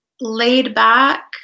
laid-back